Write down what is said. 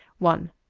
one.